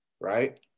right